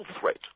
threat